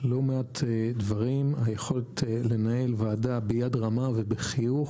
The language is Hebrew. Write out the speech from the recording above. תודה רבה ויישר כוח.